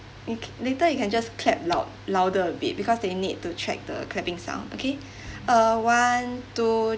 later you can just clapped loud louder a bit because they need to check the clapping sound okay uh one two